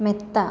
മെത്ത